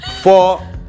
four